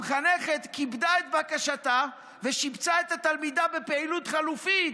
המחנכת כיבדה את בקשתה ושיבצה את התלמידה בפעילות חלופית,